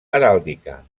heràldica